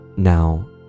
Now